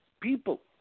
people